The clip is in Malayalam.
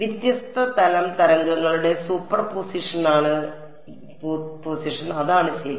വ്യത്യസ്ത തലം തരംഗങ്ങളുടെ സൂപ്പർപോസിഷൻ അതാണ് ശരി